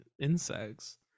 insects